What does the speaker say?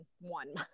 one